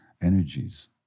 energies